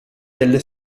delle